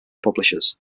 publishers